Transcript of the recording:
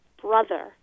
brother